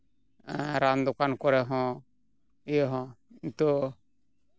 ᱨᱟᱱ ᱫᱚᱠᱟᱱ ᱠᱚᱨᱮ ᱦᱚᱸ ᱤᱭᱟᱹ ᱦᱚᱸ ᱱᱤᱛᱳᱜ